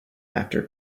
after